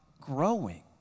growing